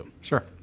Sure